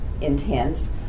intense